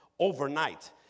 overnight